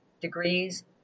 degrees